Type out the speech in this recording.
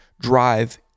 drive